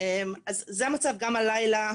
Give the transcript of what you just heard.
זה המצב גם הלילה,